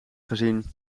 gezien